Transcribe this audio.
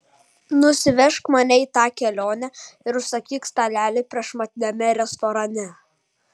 nusivežk mane į tą kelionę ir užsakyk stalelį prašmatniame restorane